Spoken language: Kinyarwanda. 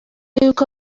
yuko